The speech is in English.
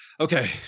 Okay